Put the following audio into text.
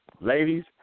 Ladies